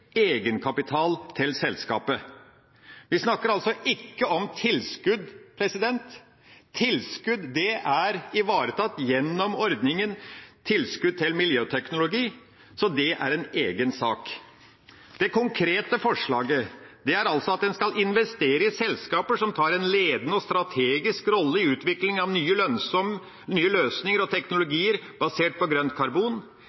egenkapital til selskapet. Vi snakker altså ikke om tilskudd. Tilskudd er ivaretatt gjennom ordningen med tilskudd til miljøteknologi, så det er en egen sak. Det konkrete forslaget er altså at man skal investere i selskaper som tar en ledende og strategisk rolle i utviklinga av nye løsninger og teknologier basert på grønt karbon.